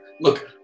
look